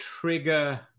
trigger